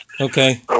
Okay